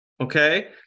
okay